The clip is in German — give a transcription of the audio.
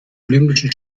olympischen